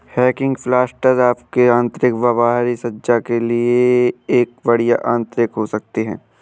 hanging planters आपके आंतरिक या बाहरी सज्जा के लिए एक बढ़िया अतिरिक्त हो सकते है